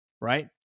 Right